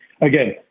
Again